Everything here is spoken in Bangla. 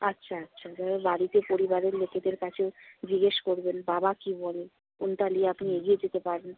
আচ্ছা আচ্ছা বাড়িতে পরিবারের লোকেদের কাছে জিজ্ঞাসা করবেন বাবা কী বলে কোনটা নিয়ে আপনি এগিয়ে যেতে পারবেন